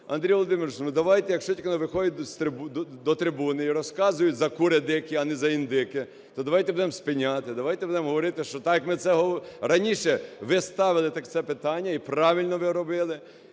Андрій Володимирович, ну, давайте, як тільки-но виходить до трибуни і розказують "за кури дикі, а не за індики", то давайте будемо спиняти, давайте будемо говорити, що так ми це… раніше ви ставили так це питання, і правильно ви робили.